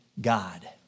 God